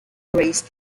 raised